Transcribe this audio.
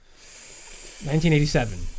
1987